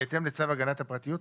בהתאם לצו הגנת הפרטיות,